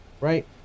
right